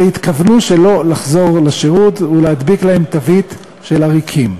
התכוונו שלא לחזור לשירות ולהדביק להם תוויות של עריקים.